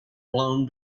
blown